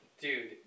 Dude